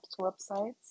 websites